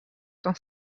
dans